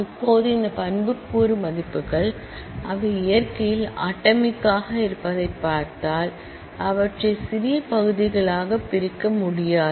இப்போது இந்த ஆட்ரிபூட்ஸ் மதிப்புகள் அவை இயற்கையில் அட்டாமிக்காக இருப்பதைப் பார்த்தால் அவற்றை சிறிய பகுதிகளாகப் பிரிக்க முடியாது